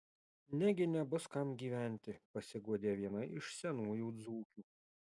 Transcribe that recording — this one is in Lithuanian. negi nebus kam gyventi pasiguodė viena iš senųjų dzūkių